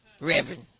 Reverend